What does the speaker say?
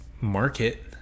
market